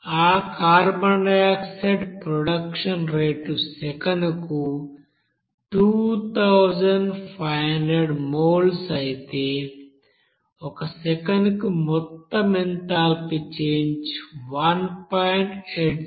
ఆ carbon dioxide production rate సెకనుకు 2500 moles అయితే ఒక సెకనుకు మొత్తం ఎంథాల్పీ చేంజ్ 1